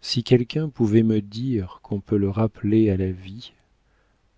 si quelqu'un pouvait me dire qu'on peut le rappeler à la vie